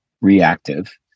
reactive